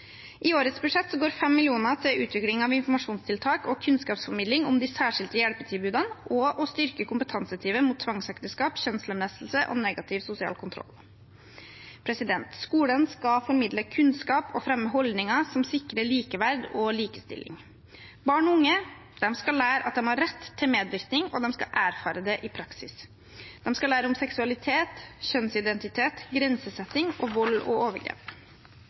I årets budsjett går 5 mill. kr til utvikling av informasjonstiltak og kunnskapsformidling om de særskilte hjelpetilbudene og til å styrke Kompetanseteamet mot tvangsekteskap, kjønnslemlestelse og negativ sosial kontroll. Skolen skal formidle kunnskap og fremme holdninger som sikrer likeverd og likestilling. Barn og unge skal lære at de har rett til medvirkning, og de skal erfare dette i praksis. De skal lære om seksualitet, kjønnsidentitet, grensesetting og vold og overgrep.